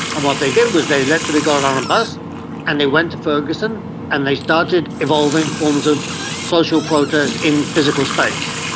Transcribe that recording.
and what they did was they eventually got on a bus and they went to ferguson and they started evolving forms of social protest in physical space.